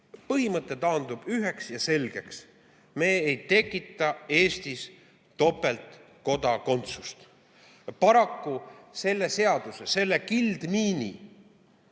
Põhimõte aga taandub üheks ja selgeks: me ei tekita Eestis topeltkodakondsust. Paraku selle seaduse, selle kildmiini